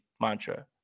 mantra